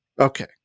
Okay